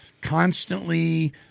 constantly